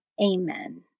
Amen